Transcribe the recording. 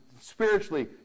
spiritually